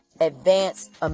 advanced